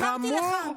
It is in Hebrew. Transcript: אמרתי לך,